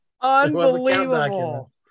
Unbelievable